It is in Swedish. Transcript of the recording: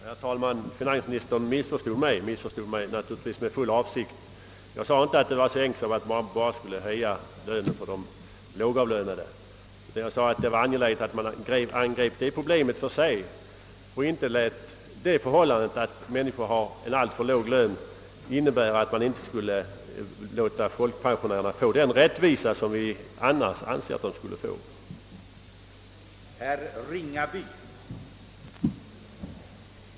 Herr talman! Finansministern missförstod mig och gjorde det naturligtvis med full avsikt. Jag sade inte att det hela var så enkelt som att bara höja lönen för de lågavlönade, utan jag framhöll att man måste angripa det här Pproblemet för sig och inte låta det förhållandet att människor har alltför låg lön innebära att folkpensionärerna inte vederfars den rättvisa som vi anser att de borde få åtnjuta.